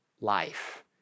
life